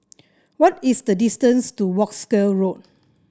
what is the distance to Wolskel Road